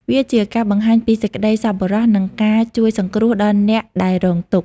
វាជាការបង្ហាញពីសេចក្តីសប្បុរស និងការជួយសង្គ្រោះដល់អ្នកដែលរងទុក្ខ។